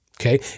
Okay